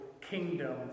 kingdom